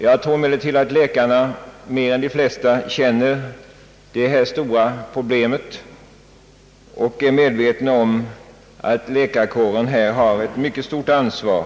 Jag tror dock att läkarna mer än de flesta känner till detta stora problem och att de är medvetna om att deras kår härvidlag har ett mycket stort ansvar.